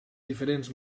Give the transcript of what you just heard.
diferents